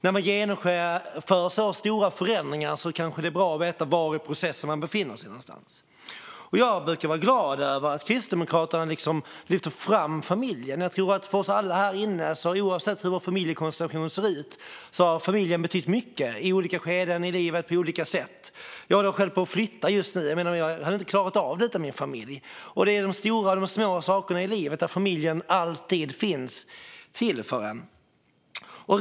När man genomför så stora förändringar kanske det är bra att veta var i processen man befinner sig. Jag brukar vara glad över att Kristdemokraterna lyfter fram familjen. Jag tror att det för oss alla här inne, oavsett hur vår familjekonstellation ser ut, är så att familjen har betytt mycket i många skeden av livet på olika sätt. Jag håller själv på att flytta just nu, och jag hade inte klarat av det utan min familj. Det är de stora och de små sakerna i livet där familjen alltid finns till för en.